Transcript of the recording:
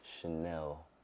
Chanel